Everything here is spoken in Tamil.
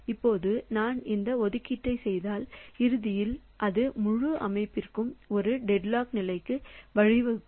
இப்போது நான் இந்த ஒதுக்கீட்டைச் செய்தால் இறுதியில் அது முழு அமைப்பிற்கும் ஒரு டெட்லாக் நிலைக்கு வழிவகுக்கும்